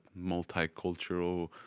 multicultural